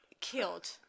killed